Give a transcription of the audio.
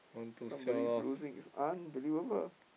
somebody's losing it's unbelievable